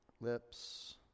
lips